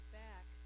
back